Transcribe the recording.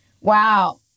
Wow